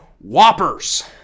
Whoppers